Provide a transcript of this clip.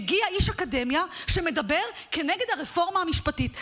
מגיע איש אקדמיה שמדבר נגד הרפורמה המשפטית.